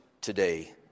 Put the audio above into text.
today